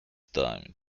time